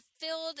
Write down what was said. filled